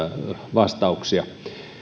vastauksia